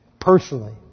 personally